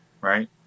right